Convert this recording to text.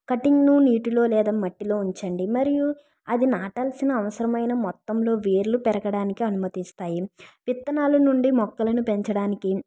cutting ను నీటిలో లేదా మట్టిలో ఉంచండి మరియు అది నాటాల్సిన అవసరమైన మొత్తంలో వేర్లు పెరగడానికి అనుమతిస్తాయి విత్తనాలు నుండి మొక్కలను పెంచడానికి